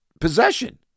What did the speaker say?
Possession